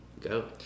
go